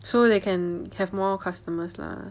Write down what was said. so they can have more customers lah